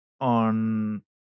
on